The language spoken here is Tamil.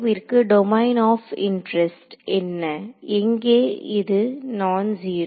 விற்கு டொமைன் ஆப் இன்ட்ரஸ்ட் என்ன எங்கே இது நான் ஜீரோ